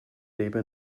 lebe